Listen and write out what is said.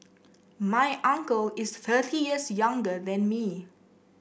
my uncle is thirty years younger than me